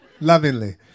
Lovingly